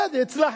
בסדר, הצלחת.